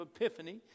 epiphany